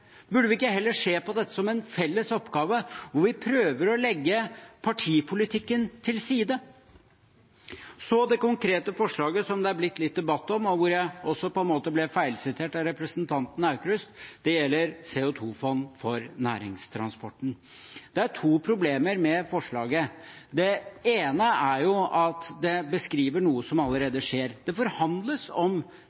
burde gå fram? Burde vi ikke heller se på dette som en felles oppgave, hvor vi prøver å legge partipolitikken til side? Så til det konkrete forslaget som det er blitt litt debatt om, og hvor jeg også ble feilsitert av representanten Aukrust. Det gjelder CO 2 -fond for næringstransporten. Det er to problemer med forslaget. Det ene er at det beskriver noe som